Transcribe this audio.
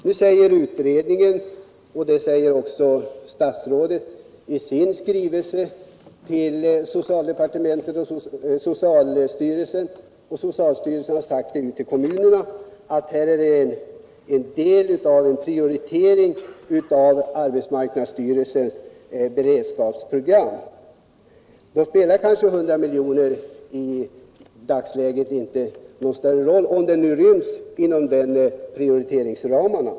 Nu säger såväl utredningen som statsrådet i sin skrivelse till socialstyrelsen — och socialstyrelsen har sagt det till kommunerna — att det här rör sig om en del av en prioritering av arbetsmarknadsstyrelsens beredskapsprogram. Då spelar kanske 100 milj.kr. inte någon större roll i dagsläget, om de ryms inom prioriteringsramarna.